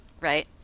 right